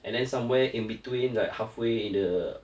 and then somewhere in between like halfway in the